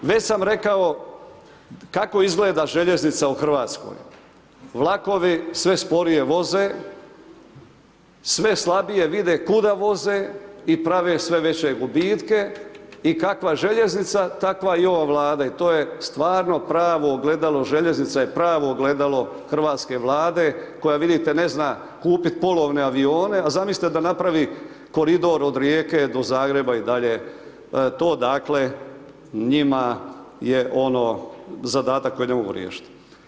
Već sam rekao kako izgleda željeznica u Hrvatskoj, vlakovi sve sporije voze, sve slabije vide kuda voze i prave sve veće gubitke i kakva željeznica takva i ova Vlada i to je stvarno pravo ogledalo, željeznica je pravo ogledalo hrvatske Vlade koja vidite ne zna kupiti polovne avione a zamislite da napravi koridor od Rijeke do Zagreba i dalje to dakle njima je ono zadatak koji ne mogu riješiti.